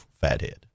fathead